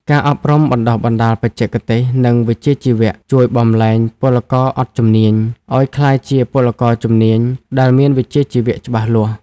ការអប់រំបណ្ដុះបណ្ដាលបច្ចេកទេស និងវិជ្ជាជីវៈ ជួយបំប្លែងពលករអត់ជំនាញ ឱ្យក្លាយជាពលករជំនាញដែលមានវិជ្ជាជីវៈច្បាស់លាស់។